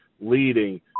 leading